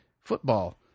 football